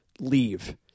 leave